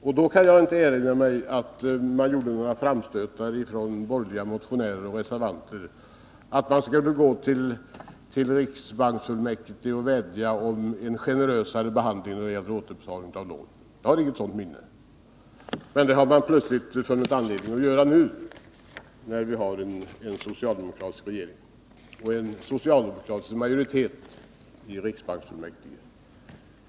Jag kan inte erinra mig att man från borgerliga motionärer och reservanter då gjorde några framstötar om att gå till riksbanksfullmäktige och vädja om en generösare behandling när det gällde återbetalning av lån. Jag har inte något minne av det. Men plötsligt har man nu funnit anledning att göra det, när vi har en socialdemokratisk regering och en socialdemokratisk majoritet i riksbanksfullmäktige.